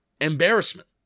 embarrassment